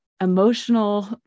emotional